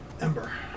Ember